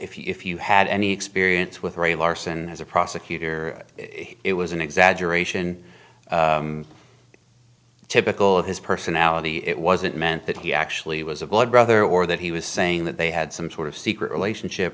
is if you had any experience with ray larson as a prosecutor it was an exaggeration typical of his personality it wasn't meant that he actually was a blood brother or that he was saying that they had some sort of secret relationship